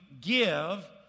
give